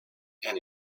and